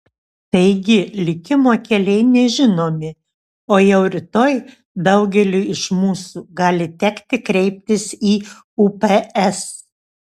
taigi likimo keliai nežinomi ir jau rytoj daugeliui iš mūsų gali tekti kreiptis į ups